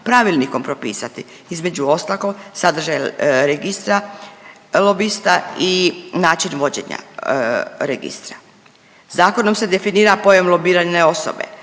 pravilnikom propisati između ostalog sadržaj Registra lobista i način vođenja registra. Zakonom se definira pojam lobirane osobe.